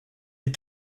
des